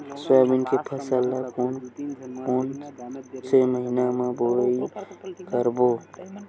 Soybean के फसल ल कोन कौन से महीना म बोआई करबो?